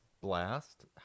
blast